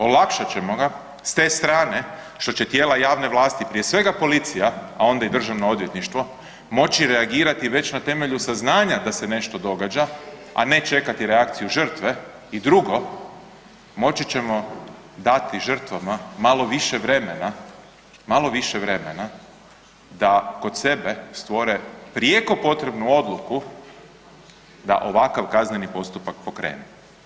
Olakšat ćemo ga s te strane što će tijela javne vlasti, prije svega policija, a onda i DORH, moći reagirati već na temelju saznanja da se nešto događa, a ne čekati reakciju žrtve i drugo, moći ćemo dati žrtvama malo više vremena, malo više vremena da kod sebe stvore prijeko potrebnu odluku da ovakav kazneni postupak pokrenu.